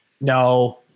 No